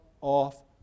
off